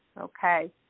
okay